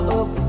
up